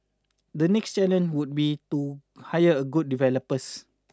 the next challenge would be to hire a good developers